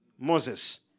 Moses